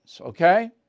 okay